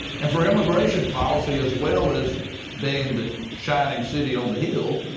and for immigration policy as well as being the shining city on the hill,